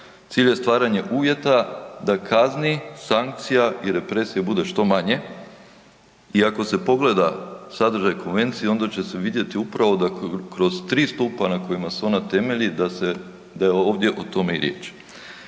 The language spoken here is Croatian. Cilj je stvaranje uvjeta da kazni, sankcija i represija bude što manje i ako se pogleda sadržaj konvencije, onda će se vidjeti da upravo kroz 3 stupa na kojima se ona temelju, da se, da je ovdje o tome i riječ.